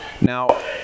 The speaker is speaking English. Now